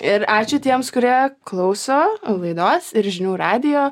ir ačiū tiems kurie klauso laidos ir žinių radijo